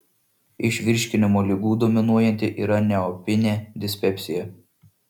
iš virškinimo ligų dominuojanti yra neopinė dispepsija